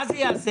מה זה יעשה?